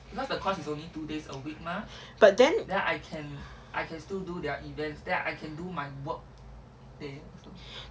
but then